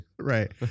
Right